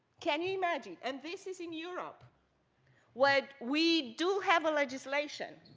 can you imagine? and this is in europe where we do have a legislation.